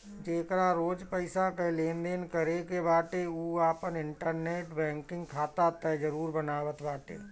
जेकरा रोज पईसा कअ लेनदेन करे के बाटे उ आपन इंटरनेट बैंकिंग खाता तअ जरुर बनावत बाटे